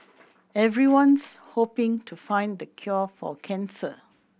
everyone's hoping to find the cure for cancer